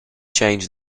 change